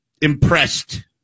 impressed